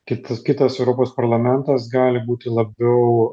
kitas kitas europos parlamentas gali būti labiau